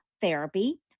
Therapy